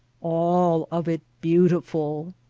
all of it beautiful.